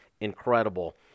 Incredible